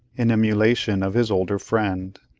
in emulation of his older friend,